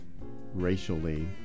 racially